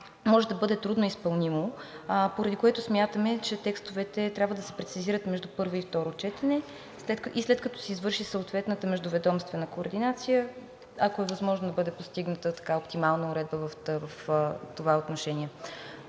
може да бъде трудно изпълнимо, поради което смятаме, че текстовете трябва да се прецизират между първо и второ четене и след като се извърши съответната междуведомствена координация, ако е възможно, да бъде постигната така оптималната уредба в това отношение.